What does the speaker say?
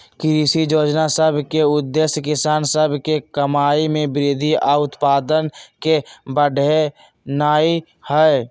कृषि जोजना सभ के उद्देश्य किसान सभ के कमाइ में वृद्धि आऽ उत्पादन के बढ़ेनाइ हइ